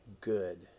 good